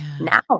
now